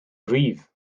gryf